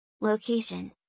location